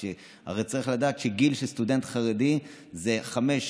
הרי צריך לדעת שגיל של סטודנט חרדי זה חמש,